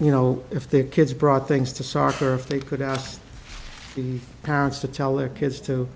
you know if their kids brought things to soccer if they could ask the parents to tell their kids to